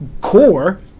core